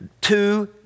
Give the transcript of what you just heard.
Two